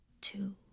Two